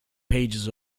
pages